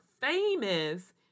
famous